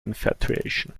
infatuation